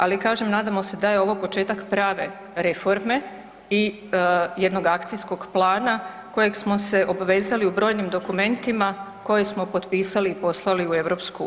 Ali kažem nadamo se da je ovo početak prave reforme i jednog akcijskog plana kojeg smo se obvezali u brojnim dokumentima koje smo potpisali i poslali u Europsku uniju.